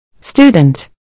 Student